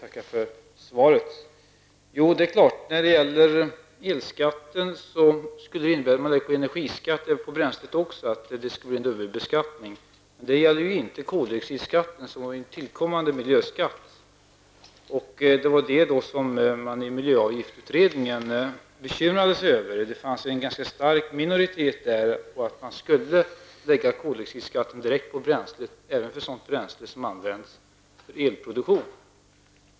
Herr talman! Jag tackar för svaret. Elskatten har samordnats med energiskatten för undvikande av dubbelbeskattning. Men detsamma gäller för inte koldioxidskatten, som är en tillkommande miljöskatt. Det var det som man i miljöavgiftsutredningen bekymrade sig över. Det fanns en stark minoritet som ansåg att man skulle beskatta koldioxid direkt, även när det gäller bränsle som används för elproduktion.